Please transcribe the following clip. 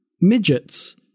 midgets